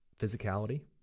physicality